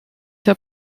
der